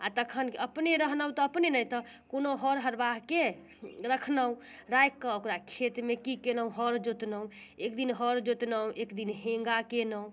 आओर तखन अपने रहनहुँ तऽ अपने नहि तऽ कोनो हौर हरबाहके रखनहुँ राखिकऽ ओकरा खेतमे की केनहुँ हौर जोतनौ एक दिन हौर जोतनहुँ एक दिन हेङ्गा केनहुँ